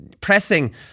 pressing